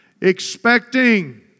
expecting